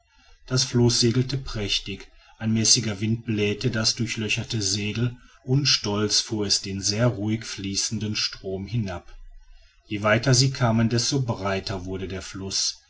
das floß segelte prächtig ein mäßiger wind blähte das durchlöcherte segel und stolz fuhr es den sehr ruhig fließenden strom hinab je weiter sie kamen desto breiter wurde der fluß